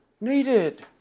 needed